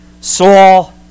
Saul